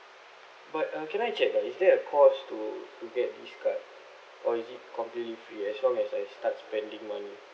but uh can I check uh is there a cost to to get this card or is it completely free as long as I start spending money